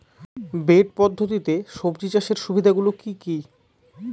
Bed পদ্ধতিতে সবজি চাষের সুবিধাগুলি কি কি?